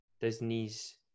Disney's